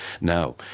Now